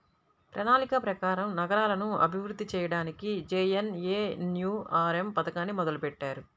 ప్రణాళిక ప్రకారం నగరాలను అభివృద్ధి చెయ్యడానికి జేఎన్ఎన్యూఆర్ఎమ్ పథకాన్ని మొదలుబెట్టారు